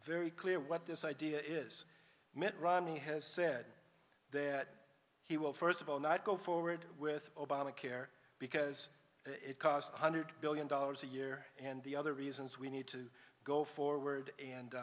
very clear what this idea is mitt romney has said that he will first of all not go forward with obamacare because it cost one hundred billion dollars a year and the other reasons we need to go forward and